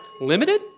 Limited